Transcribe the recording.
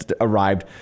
arrived